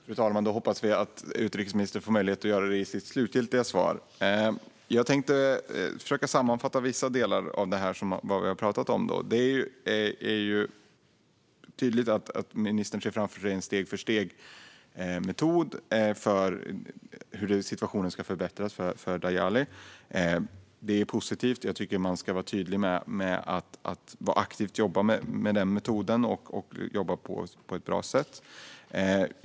Fru talman! Då hoppas vi att utrikesministern får möjlighet att göra det i sitt avslutande inlägg. Jag tänkte försöka sammanfatta vissa delar av det vi har pratat om. Det är tydligt att ministern ser framför sig en steg-för-steg-metod för hur situationen ska förbättras för Djalali. Det är positivt, och jag tycker att man ska vara tydlig med att aktivt jobba med den metoden och jobba på ett bra sätt med detta.